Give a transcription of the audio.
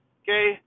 okay